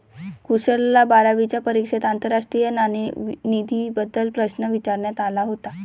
कुशलला बारावीच्या परीक्षेत आंतरराष्ट्रीय नाणेनिधीबद्दल प्रश्न विचारण्यात आला होता